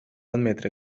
admetre